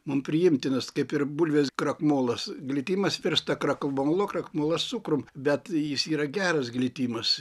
mum priimtinas kaip ir bulvės krakmolas glitimas virsta krakmolu krakmolas cukrum bet jis yra geras glitimas